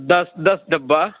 دس دس ڈبہ